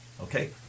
okay